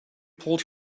pulled